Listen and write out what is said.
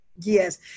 Yes